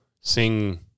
sing